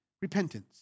repentance